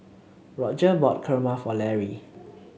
Rodger bought Kurma for Larry